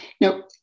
now